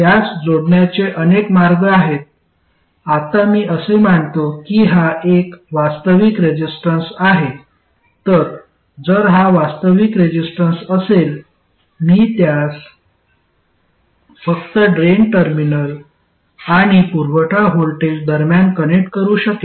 त्यास जोडण्याचे अनेक मार्ग आहेत आत्ता मी असे मानतो की हा एक वास्तविक रेसिस्टन्स आहे तर जर हा वास्तविक रेसिस्टन्स असेल तर मी त्यास फक्त ड्रेन टर्मिनल आणि पुरवठा व्होल्टेज दरम्यान कनेक्ट करू शकेन